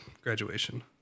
graduation